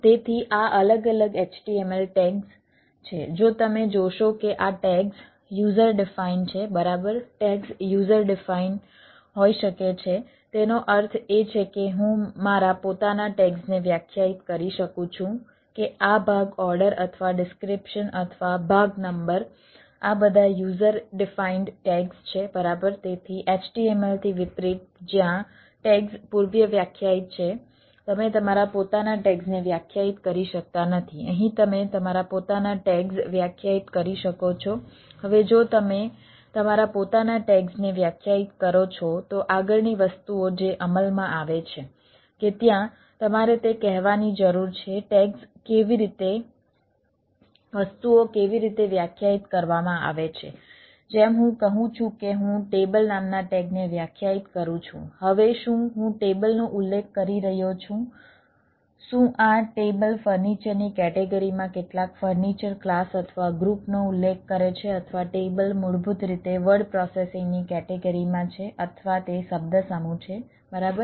તેથી આ અલગ અલગ XML ટૅગ્સ છે જો તમે જોશો કે આ ટૅગ્સ યુઝર ડિફાઈન્ડ ની કેટેગરીમાં છે અથવા તે શબ્દસમૂહ છે બરાબર